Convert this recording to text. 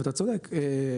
אתה צודק,